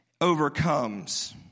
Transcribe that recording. overcomes